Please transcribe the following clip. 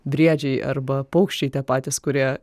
briedžiai arba paukščiai tie patys kurie